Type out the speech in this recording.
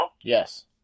Yes